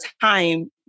time